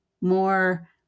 more